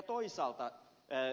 toisaalta ed